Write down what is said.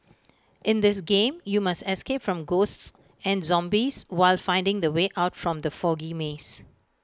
in this game you must escape from ghosts and zombies while finding the way out from the foggy maze